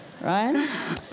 right